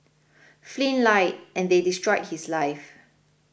Flynn lied and they destroyed his life